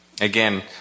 again